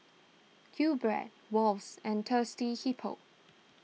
Qbread Wall's and Thirsty Hippo